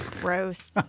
Gross